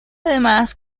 además